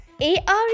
A-R